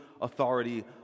authority